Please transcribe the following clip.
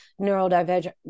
neurodivergent